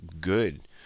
good